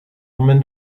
omen